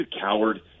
coward